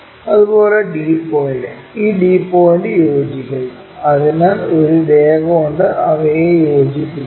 അതുപോലെ d point ഈ d point യോജിക്കുന്നു അതിനാൽ ഒരു രേഖ കൊണ്ട് അവയെ യോജിപ്പിക്കുന്നു